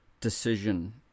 decision